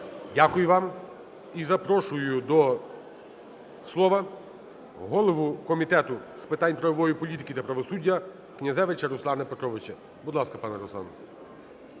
Дякую вам. І запрошую до слова голову Комітету з питань правової політики та правосуддя Князевича Руслана Петровича. Будь ласка, пане Руслан.